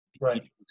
right